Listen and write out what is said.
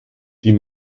die